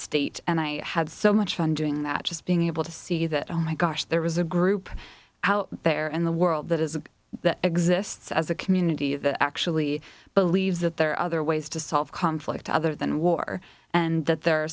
state and i had so much fun doing that just being able to see that oh my gosh there was a group out there in the world that is that exists as a community that actually believes that there are other ways to solve conflict other than war and that there are